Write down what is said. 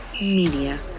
Media